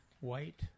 white